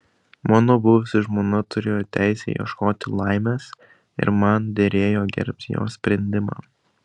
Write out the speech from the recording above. mano buvusi žmona turėjo teisę ieškoti laimės ir man derėjo gerbti jos sprendimą